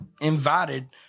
invited